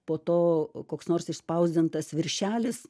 po to koks nors išspausdintas viršelis